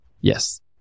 Yes